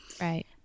right